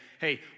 hey